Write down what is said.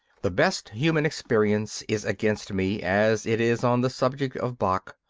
the best human experience is against me, as it is on the subject of bach.